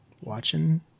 watching